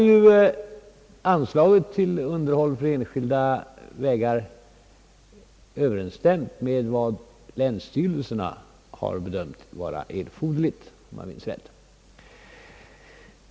Men anslaget till underhåll av enskilda vägar har ju överensstämt med vad länsstyrelserna har bedömt vara erforderligt — om jag minns rätt.